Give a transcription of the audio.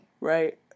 Right